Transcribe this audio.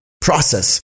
process